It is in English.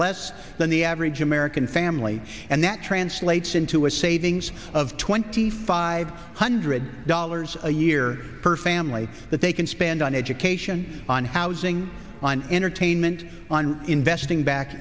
less than the average american family and that translates into a savings of twenty five hundred dollars a year per family that they can spend on education on housing on entertainment on investing back